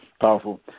powerful